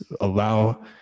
allow